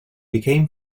became